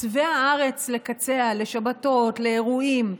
מקצווי הארץ לקצה לשבתות, לאירועים,